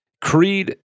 Creed